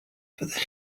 fyddech